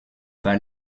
pas